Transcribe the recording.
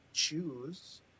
Choose